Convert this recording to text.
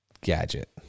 gadget